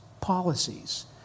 policies